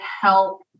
help